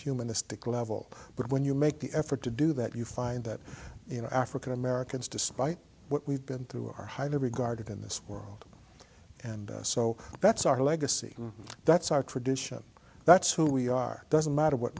humanistic level but when you make the effort to do that you find that you know african americans despite what we've been through are highly regarded in this world and so that's our legacy that's our tradition that's who we are doesn't matter what